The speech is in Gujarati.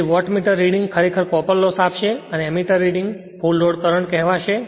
તેથી વોટમીટર રીડિંગ ખરેખર કોપર લોસ આપશે અને આ ammeter reading full load current કહેવાશે